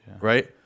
right